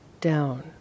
down